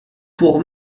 pour